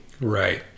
Right